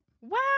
wow